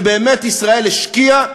שבאמת ישראל השקיעה